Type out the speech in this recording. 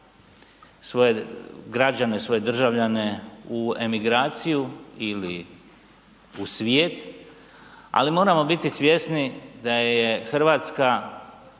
svoje građane, svoje državljane u emigraciju ili u svijet, ali moramo biti svjesni da je Hrvatska